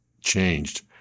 changed